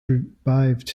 revived